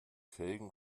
felgen